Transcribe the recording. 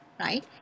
right